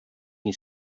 his